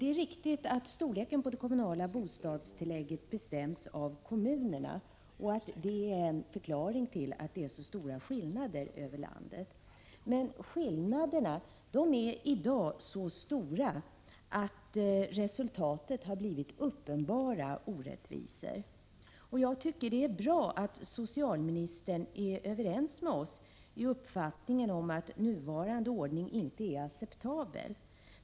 Det är riktigt att storleken på det kommunala bostadstillägget bestäms av kommunerna och att det är en förklaring till att det är så stora skillnader över landet. Men skillnaderna är i dag så stora att resultatet blivit uppenbara orättvisor. Det är bra att socialministern är överens med oss i uppfattningen om att nuvarande ordning inte är acceptabel.